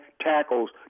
tackles